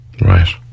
Right